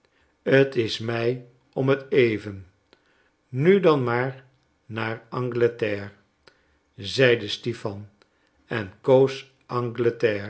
t is mij om t even nu dan maar naar angleterre zeide stipan en